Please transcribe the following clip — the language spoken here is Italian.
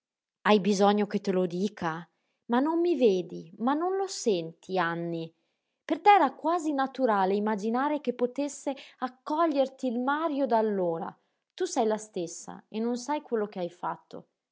hai bisogno che te lo dica ma non mi vedi ma non lo senti anny per te era quasi naturale imaginare che potesse accoglierti il mario d'allora tu sei la stessa e non sai quello che hai fatto